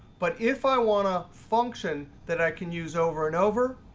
but if i want a function that i can use over and over,